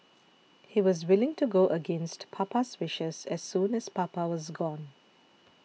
he was willing to go against Papa's wishes as soon as Papa was gone